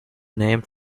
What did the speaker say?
named